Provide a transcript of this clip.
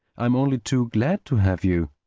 i'm only too glad to have you.